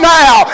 now